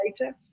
later